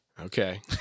Okay